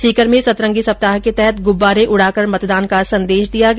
सीकर में सतरंगी सप्ताह के तहत गुब्बारे उडाकर मतदान का संदेश दिया गया